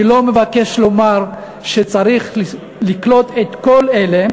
אני לא מבקש לומר שצריך לקלוט את כל אלה,